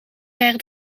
ver